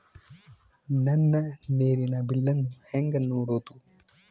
ನನ್ನ ನೇರಿನ ಬಿಲ್ಲನ್ನು ಹೆಂಗ ನೋಡದು?